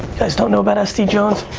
guys don't know about sd jones.